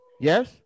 Yes